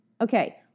Okay